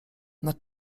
nad